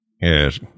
Yes